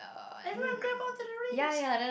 everyone grab on to the rings